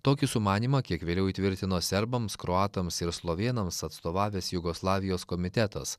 tokį sumanymą kiek vėliau įtvirtino serbams kroatams ir slovėnams atstovavęs jugoslavijos komitetas